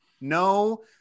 No